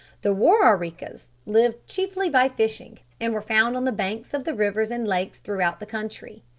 the war-are-ree-kas lived chiefly by fishing, and were found on the banks of the rivers and lakes throughout the country.